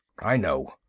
i know.